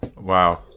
Wow